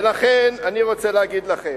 ולכן, אני רוצה להגיד לכם,